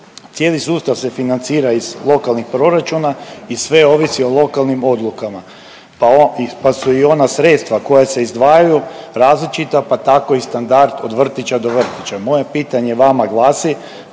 Cijeli sustav se financira iz lokalnih proračuna i sve ovisi o lokalnim odlukama pa su i ona sredstva koja se izdvajaju različita, pa tako i standard od vrtića do vrtića. Moje pitanje vama glasi,